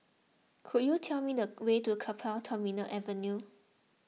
could you tell me the way to Keppel Terminal Avenue